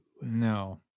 no